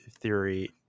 theory